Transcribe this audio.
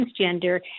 transgender